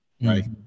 Right